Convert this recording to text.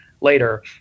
later